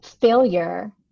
failure